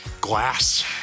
Glass